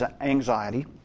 anxiety